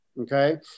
Okay